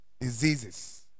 diseases